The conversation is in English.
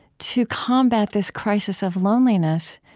to combat this crisis of loneliness,